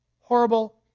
horrible